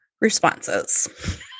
responses